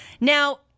Now